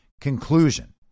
Conclusion